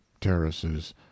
terraces